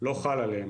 לא חל עליהם,